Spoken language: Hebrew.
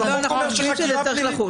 אנחנו מסכימים שזה צריך לחול.